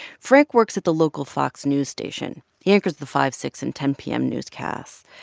frank works at the local fox news station. the anchors the five, six and ten p m. newscasts.